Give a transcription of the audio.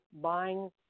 buying